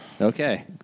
Okay